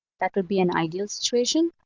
that would be an ideal situation.